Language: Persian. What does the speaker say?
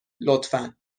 لطفا